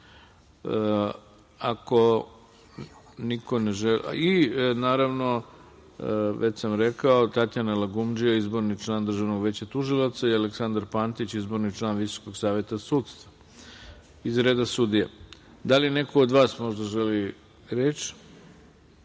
Aleksandra Pantića. Naravno, već sam rekao Tatjana Lagundžija, izborni član Državnog veća tužilaca i Aleksandar Pantić, izborni član Visokog saveta sudstva, iz reda sudija. Da li neko od vas možda želi reč?